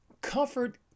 Comfort